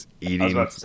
Eating